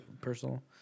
personal